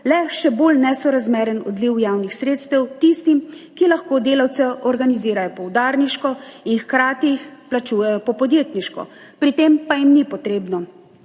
le še bolj nesorazmeren odliv javnih sredstev tistim, ki lahko delavce organizirajo po udarniško in hkrati plačujejo po podjetniško, pri tem pa jim ni potrebno